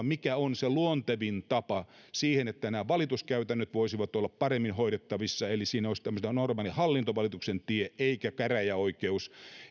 mikä on se luontevin tapa siihen että nämä valituskäytännöt voisivat olla paremmin hoidettavissa eli että siinä olisi tämmöinen normaalin hallintovalituksen tie eikä käräjäoikeus